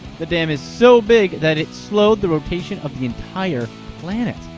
the dam is so big that it slowed the rotation of the entire planet!